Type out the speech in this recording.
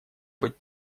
быть